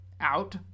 out